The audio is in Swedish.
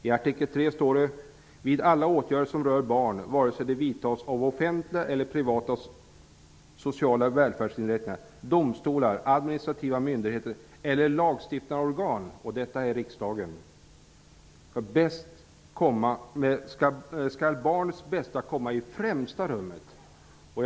I artikel 3 står det: ''Vid alla åtgärder som rör barn, vare sig de vidtas av offentliga eller privata sociala välfärdsinrättningar, domstolar, administrativa myndigheter eller lagstiftande organ'' -- och detta är riksdagen -- ''skall barnets bästa komma i främsta rummet.''